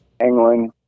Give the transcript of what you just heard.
England